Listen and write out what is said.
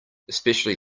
especially